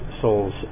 soul's